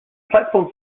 platform